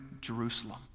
Jerusalem